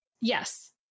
Yes